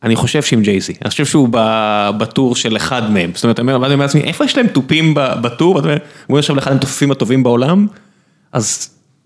אני חושב שהם ג'ייזי, אני חושב שהוא בטור של אחד מהם, זאת אומרת איפה יש להם טופים בטור, הוא יושב לאחד הטופים הטובים בעולם אז.